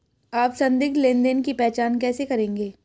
आप संदिग्ध लेनदेन की पहचान कैसे करेंगे?